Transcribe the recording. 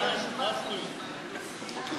ההצעה להעביר את הצעת